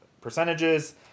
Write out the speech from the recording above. percentages